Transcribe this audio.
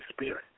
Spirit